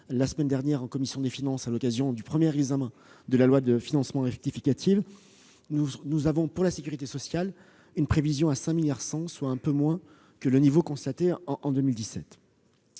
la semaine dernière en commission des finances à l'occasion du premier examen de la loi de finances rectificative. Pour la sécurité sociale, nous avons une prévision à 5,1 milliards d'euros, soit un peu moins que le niveau constaté en 2017.